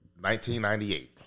1998